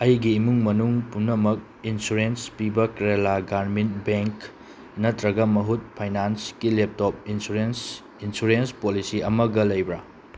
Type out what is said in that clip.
ꯑꯩꯒꯤ ꯏꯃꯨꯡ ꯃꯅꯨꯡ ꯄꯨꯝꯅꯃꯛ ꯏꯟꯁꯨꯔꯦꯟꯁ ꯄꯤꯕ ꯀꯦꯔꯥꯂꯥ ꯒ꯭ꯔꯥꯃꯤꯟ ꯕꯦꯡꯛ ꯅꯠꯇ꯭ꯔꯒ ꯃꯍꯨꯠ ꯐꯥꯏꯅꯥꯟꯁꯀꯤ ꯂꯦꯞꯇꯣꯞ ꯏꯅꯁꯨꯔꯦꯟꯁ ꯏꯟꯁꯨꯔꯦꯟꯁ ꯄꯣꯂꯤꯁꯤ ꯑꯃꯒ ꯂꯩꯕ꯭ꯔꯥ